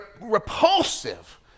repulsive